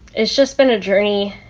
it's just been a journey.